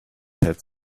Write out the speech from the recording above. had